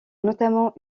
notamment